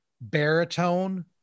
baritone